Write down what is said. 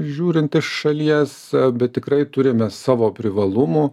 žiūrint iš šalies bet tikrai turime savo privalumų